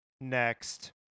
next